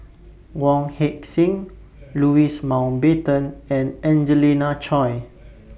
Wong Heck Sing Louis Mountbatten and Angelina Choy